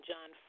John